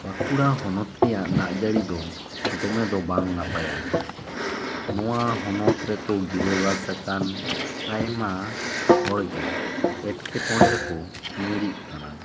ᱵᱟᱸᱠᱩᱲᱟ ᱦᱚᱱᱚᱛ ᱨᱮᱭᱟᱜ ᱫᱟᱜ ᱡᱟᱹᱲᱤ ᱫᱚ ᱫᱚᱢᱮ ᱫᱚ ᱵᱟᱝ ᱱᱟᱯᱟᱭᱟ ᱱᱚᱣᱟ ᱦᱚᱱᱚᱛ ᱨᱮᱠᱟ ᱜᱤᱨᱟᱹᱵᱟᱥ ᱟᱠᱟᱱ ᱟᱭᱢᱟ ᱦᱚᱲ ᱜᱮ ᱮᱸᱴᱠᱮᱴᱚᱬᱮ ᱨᱮᱠᱚ ᱧᱩᱨᱩᱠ ᱠᱟᱱᱟ